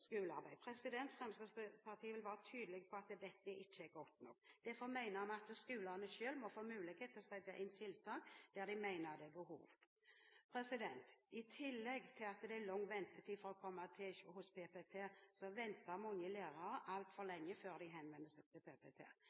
Fremskrittspartiet vil være tydelig på at dette ikke er godt nok. Derfor mener vi at skolene selv må få mulighet til å sette inn tiltak der de mener det er behov. I tillegg til at det er lang ventetid for å komme til hos PPT, venter mange lærere altfor lenge før de henvender seg til PPT.